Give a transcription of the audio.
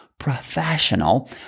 professional